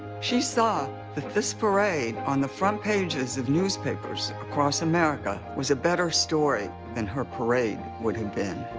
she saw that this parade on the front pages of newspapers across america was a better story than her parade would have been.